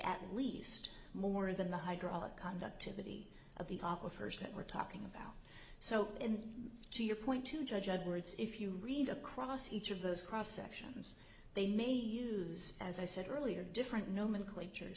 at least more than the hydraulic conductivity of the top of hers that we're talking about so and to your point to judge edwards if you read across each of those cross sections they may use as i said earlier different nomenclature